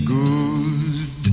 good